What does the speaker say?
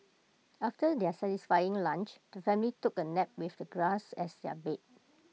after their satisfying lunch the family took A nap with the grass as their bed